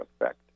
effect